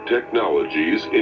Technologies